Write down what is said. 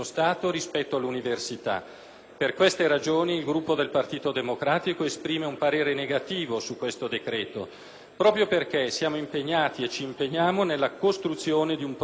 Per queste ragioni il Gruppo del Partito Democratico esprime un voto negativo su questo decreto proprio perché siamo impegnati e ci impegniamo nella costruzione di un progetto complessivo di riforma